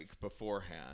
beforehand